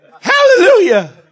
Hallelujah